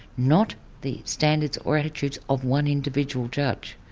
not the standards or attitudes of one individual judge.